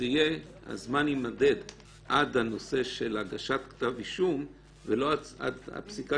שהזמן יימדד עד הגשת כתב אישום ולא הפסיקה